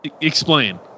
explain